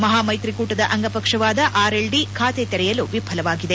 ಮಹಾಮೈತ್ರಿಕೂಟದ ಅಂಗ ಪಕ್ಷವಾದ ಆರ್ಎಲ್ಡಿ ಖಾತೆ ತೆರೆಯಲು ವಿಫಲವಾಗಿದೆ